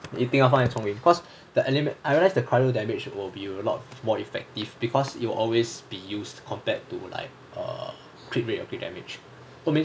一定要换 chong yun because the element I realise the cyro damage will be a lot more effective because it will always be used compared to like err crit rate or crit damage so maybe